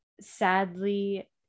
sadly